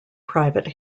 private